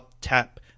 tap